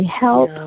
help